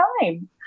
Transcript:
time